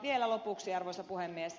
vielä lopuksi arvoisa puhemies